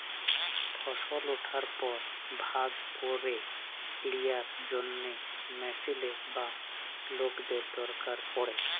ফসল উঠার পর ভাগ ক্যইরে লিয়ার জ্যনহে মেশিলের বা লকদের দরকার পড়ে